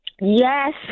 Yes